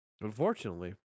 Unfortunately